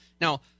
Now